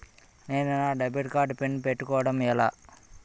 నేను నా debit card pin పెట్టుకోవడం ఎలా?